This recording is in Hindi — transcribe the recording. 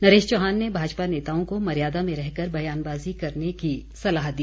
नरेश चौहान ने भाजपा नेताओं को मर्यादा में रहकर बयानबाज़ी करने की सलाह दी